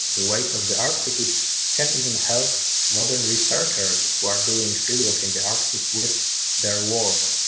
the ways of the arctic which can even help modern researchers who are doing fieldwork in the arctic with their work.